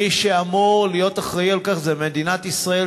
מי שאמור להיות אחראי על כך זה מדינת ישראל,